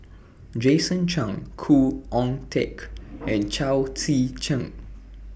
Jason Chan Khoo Oon Teik and Chao Tzee Cheng